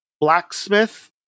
blacksmith